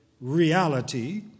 reality